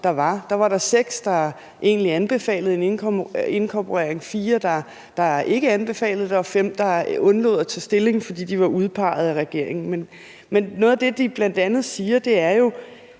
var, var der 6, der anbefalede en egentlig inkorporering, 4, der ikke anbefalede det, og 5, der undlod at tage stilling, fordi de var udpeget af regeringen. Men noget af det, de siger, er jo,